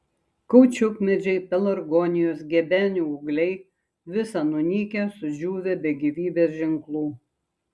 kaučiukmedžiai pelargonijos gebenių ūgliai visa nunykę sudžiūvę be gyvybės ženklų